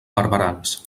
barberans